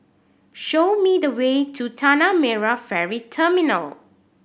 show me the way to Tanah Merah Ferry Terminal